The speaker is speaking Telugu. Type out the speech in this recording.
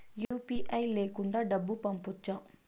యు.పి.ఐ లేకుండా డబ్బు పంపొచ్చా